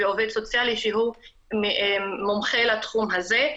ועובד סוציאלי שהוא מומחה לתחום הזה.